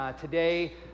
today